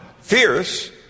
Fierce